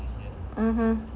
(uh huh)